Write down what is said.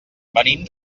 venim